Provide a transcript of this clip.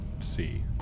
see